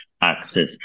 access